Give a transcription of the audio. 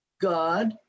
God